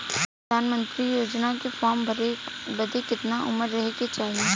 प्रधानमंत्री योजना के फॉर्म भरे बदे कितना उमर रहे के चाही?